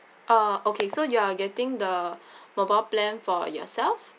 uh okay so you are getting the mobile plan for yourself